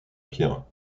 pierre